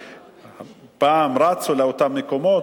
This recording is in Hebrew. פעם רצו לאותם מקומות,